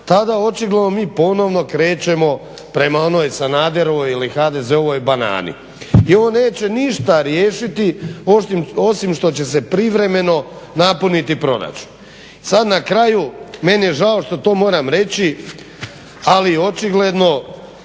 tada očigledno mi ponovno krećemo prema onoj Sanaderovoj ili HDZ-ovoj banani. I ovo neće ništa riješiti osim što će se privremeno napuniti proračun. Sad na kraju meni je žao što to moram reći, ali očigledno